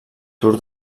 tour